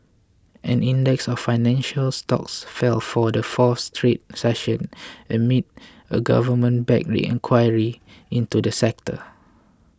an index of financial stocks fell for the fourth straight session amid a government backed inquiry into the sector